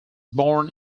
born